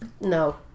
No